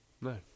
No